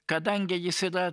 kadangi jis yra